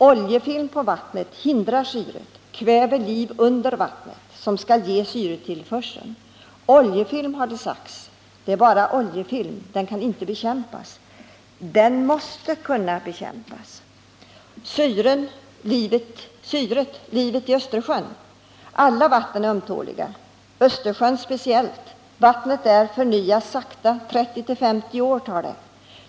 Oljefilm på vattnet hindrar syret, kväver liv under vattnet, som skall ge syretillförsel. ”Det är bara oljefilm, den kan inte bekämpas”, har det sagts. Den måste kunna bekämpas. Syret, livet i Östersjön är ömtåligt. Alla vatten är ömtåliga, Östersjön speciellt. Vattnet där förnyas sakta; 25-30 år tar det.